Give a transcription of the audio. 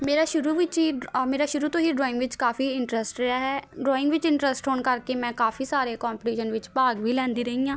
ਮੇਰਾ ਸ਼ੁਰੂ ਵਿੱਚ ਹੀ ਮੇਰਾ ਸ਼ੁਰੂ ਤੋਂ ਹੀ ਡਰੋਇੰਗ ਵਿੱਚ ਕਾਫ਼ੀ ਇਨਟਰੱਸਟ ਰਿਹਾ ਹੈ ਡਰੋਇੰਗ ਵਿੱਚ ਇਨਟਰੱਸਟ ਹੋਣ ਕਰਕੇ ਮੈਂ ਕਾਫ਼ੀ ਸਾਰੇ ਕੋਪੀਟੀਸ਼ਨ ਵਿੱਚ ਭਾਗ ਵੀ ਲੈਂਦੀ ਰਹੀ ਹਾਂ